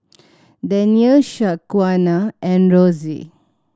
Danyel Shaquana and Rosy